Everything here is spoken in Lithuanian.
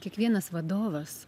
kiekvienas vadovas